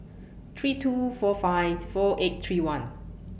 three two four five four eight three one